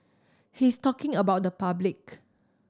he's talking about the public